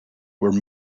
were